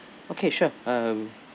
okay sure um